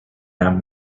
that